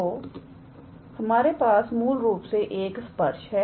तो हमारे पास मूल रूप से एक स्पर्श है